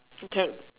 you can